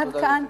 עד כאן.